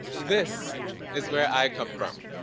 this is where i come from.